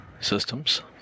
systems